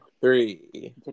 three